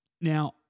Now